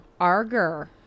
Arger